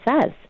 says